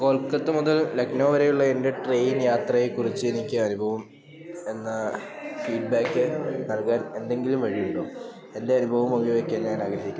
കൊൽക്കത്ത മുതൽ ലക്നൗ വരെയുള്ള എൻ്റെ ട്രെയിൻ യാത്രയെക്കുറിച്ചെനിക്ക് അനുഭവം എന്ന ഫീഡ്ബാക്ക് നൽകാൻ എന്തെങ്കിലും വഴിയുണ്ടോ എൻ്റെ അനുഭവം പങ്കുവയ്ക്കാൻ ഞാൻ ആഗ്രഹിക്കുന്നു